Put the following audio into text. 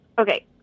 Okay